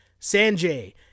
Sanjay